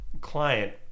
client